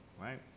right